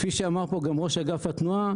כפי שאמר פה גם ראש אגף התנועה,